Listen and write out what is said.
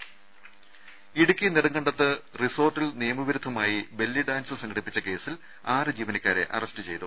രുമ ഇടുക്കി നെടുങ്കണ്ടത്ത് റിസോർട്ടിൽ നിയമവിരുദ്ധമായി ബെല്ലി ഡാൻസ് സംഘടിപ്പിച്ച കേസിൽ ആറ് ജീവനക്കാരെ അറസ്റ്റ് ചെയ്തു